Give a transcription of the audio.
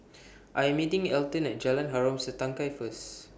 I Am meeting Elton At Jalan Harom Setangkai First